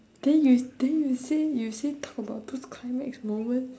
then you then you say you say talk about those climax moment